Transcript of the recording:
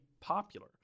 popular